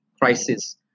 crisis